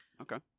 Okay